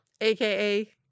aka